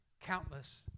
countless